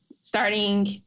starting